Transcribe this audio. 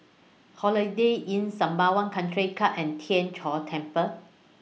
Holiday Inn Sembawang Country Club and Tien Chor Temple